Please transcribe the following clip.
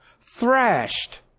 thrashed